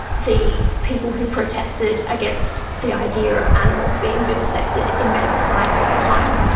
the people who protested against the idea of animals being vivisected in medical science at the time.